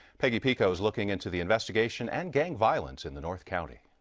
peggy pico is looking into the investigation and gang violence in the north county.